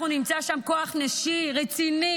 אנחנו נמצא שם כוח נשי רציני,